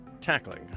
Tackling